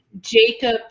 Jacob